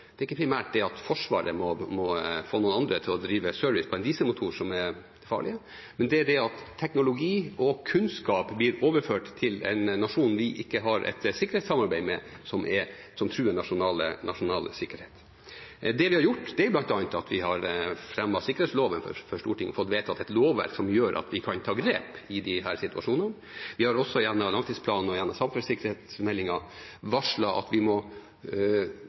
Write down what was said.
ikke er primært det at Forsvaret må få noen andre til å drive service på en dieselmotor, som er farlig, men det er det at teknologi og kunnskap blir overført til en nasjon vi ikke har et sikkerhetssamarbeid med, som truer nasjonal sikkerhet. Det vi har gjort, er bl.a. at vi har fremmet sikkerhetsloven for Stortinget og fått vedtatt et lovverk som gjør at vi kan ta grep i disse situasjonene. Vi har også gjennom langtidsplanen og samfunnssikkerhetsmeldingen varslet at vi må